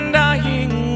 dying